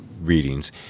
readings